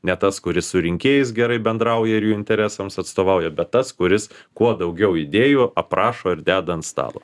ne tas kuris su rinkėjais gerai bendrauja ir jų interesams atstovauja bet tas kuris kuo daugiau idėjų aprašo ir deda ant stalo